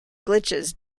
glitches